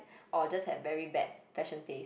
or just have very bad fashion taste